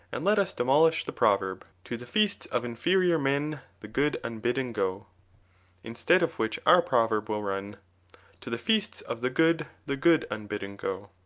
and let us demolish the proverb to the feasts of inferior men the good unbidden go instead of which our proverb will run to the feasts of the good the good unbidden go